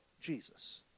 Jesus